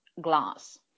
glass